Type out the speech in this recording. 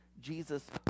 Jesus